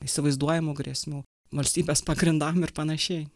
įsivaizduojamų grėsmių valstybės pagrindam ir panašiai